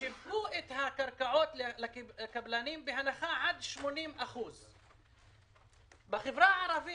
שיווקו את הקרקעות לקבלנים בהנחה של עד 80%. בחברה הערבית,